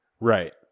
Right